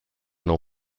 non